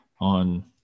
on